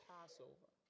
Passover